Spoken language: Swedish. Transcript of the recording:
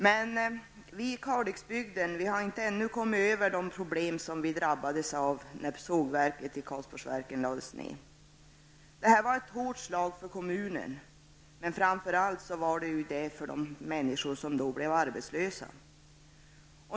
Men vi i Kalixbygden har ännu inte kommit över de problem som vi drabbades av när sågverket i Karlborgsverken lades ned. Detta var ett hårt slag för kommunen men, framför allt för de människor som då blev arbetslösa.